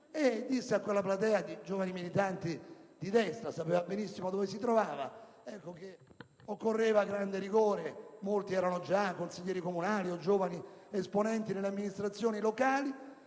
e disse a quella platea di giovani militanti di destra - sapeva benissimo dove si trovava - che occorreva grande rigore. Molti di noi erano già consiglieri comunali o giovani esponenti nelle amministrazioni locali.